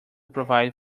provide